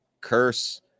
curse